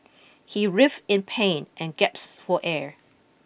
he writhe in pain and gaps for air